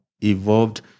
evolved